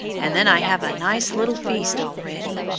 and then i have a nice little feast all ready.